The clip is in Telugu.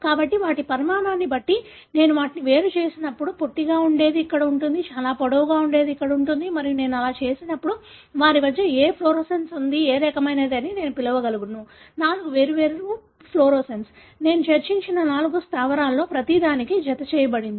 కాబట్టి వాటి పరిమాణాన్ని బట్టి నేను వాటిని వేరు చేసినప్పుడు పొట్టిగా ఉండేది ఇక్కడ ఉంటుంది చాలా పొడవుగా ఉండేది ఇక్కడ ఉంటుంది మరియు నేను అలా చేసినప్పుడు వారి వద్ద ఏ ఫ్లోరోసెన్స్ ఉంది ఏ రకమైనది అని నేను పిలవగలను నాలుగు వేర్వేరు ఫ్లోరోసెన్స్ నేను చర్చించిన నాలుగు స్థావరాలలో ప్రతి దానికి జతచేయబడినవి